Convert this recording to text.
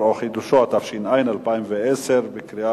התש"ע 2010, עברה בקריאה